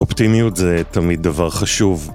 אופטימיות זה תמיד דבר חשוב